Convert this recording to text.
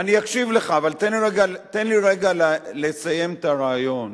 אני אקשיב לך, אבל תן לי רגע לסיים את הרעיון.